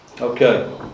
Okay